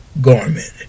garment